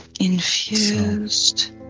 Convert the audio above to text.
Infused